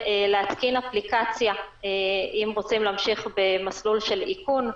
אם רוצים במסלול של איכון,